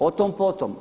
Otom potom.